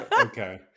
Okay